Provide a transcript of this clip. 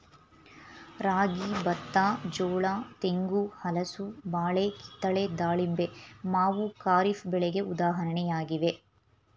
ರಾಗಿ, ಬತ್ತ, ಜೋಳ, ತೆಂಗು, ಹಲಸು, ಬಾಳೆ, ಕಿತ್ತಳೆ, ದಾಳಿಂಬೆ, ಮಾವು ಖಾರಿಫ್ ಬೆಳೆಗೆ ಉದಾಹರಣೆಯಾಗಿವೆ